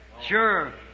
Sure